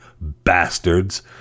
bastards